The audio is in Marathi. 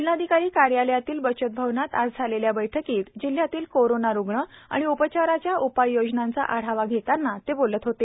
जिल्हाधिकारी कार्यालयातील बचत भवनात आज झालेल्या बैठकीत जिल्ह्यातील कोरोना रुग्ण व उपचाराच्या उपाययोजनांचा आढावा घेतांना ते बोलत होते